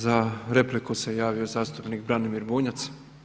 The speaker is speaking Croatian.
Za repliku se javio zastupnik Branimir Bunjac.